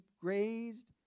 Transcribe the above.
grazed